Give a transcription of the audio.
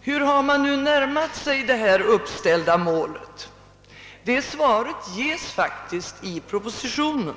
Hur har man nu närmat sig det uppställda målet? Svaret ges i propositionen.